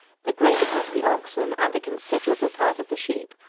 the greater part of the oxen, and a considerable part of the sheep,